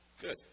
Good